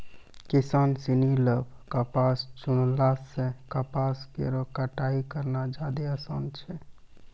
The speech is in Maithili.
किसान सिनी ल कपास चुनला सें कपास केरो कटाई करना जादे आसान छै